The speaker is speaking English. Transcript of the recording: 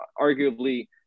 arguably